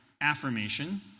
affirmation